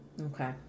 okay